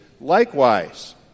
likewise